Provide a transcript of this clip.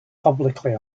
publicly